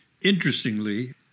Interestingly